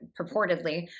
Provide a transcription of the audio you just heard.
purportedly